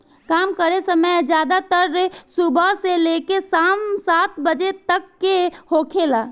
काम करे समय ज्यादातर सुबह से लेके साम सात बजे तक के होखेला